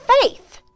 faith